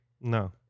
No